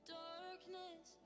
darkness